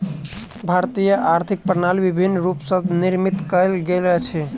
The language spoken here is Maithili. भारतीय आर्थिक प्रणाली विभिन्न रूप स निर्मित कयल गेल अछि